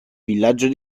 villaggio